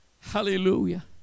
Hallelujah